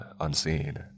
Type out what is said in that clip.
unseen